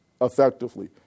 effectively